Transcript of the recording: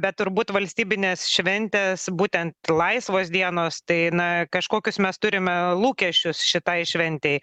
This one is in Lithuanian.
bet turbūt valstybinės šventės būtent laisvos dienos tai na kažkokius mes turime lūkesčius šitai šventei